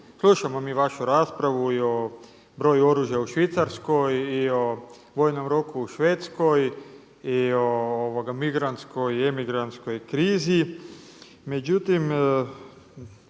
Slušamo mi vašu raspravu i o broju oružja u Švicarskoj i o vojnom roku u Švedskoj i o migrantskoj i emigrantskoj krizi međutim